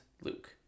Luke